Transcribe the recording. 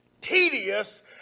tedious